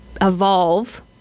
evolve